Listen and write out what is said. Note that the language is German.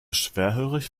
schwerhörig